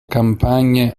campagne